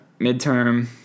midterm